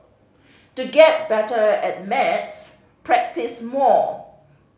to get better at maths practise more